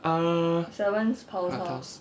err power tiles